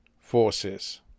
forces